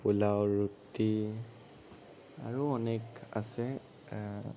পোলাও ৰুটি আৰু অনেক আছে